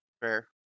Fair